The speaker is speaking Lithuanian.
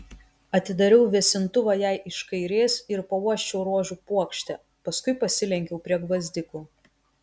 atidariau vėsintuvą jai iš kairės ir pauosčiau rožių puokštę paskui pasilenkiau prie gvazdikų